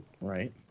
Right